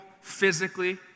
physically